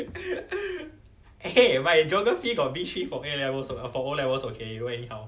!hey! my geography got B three from A levels from O levels okay you don't anyhow